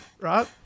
right